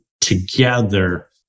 together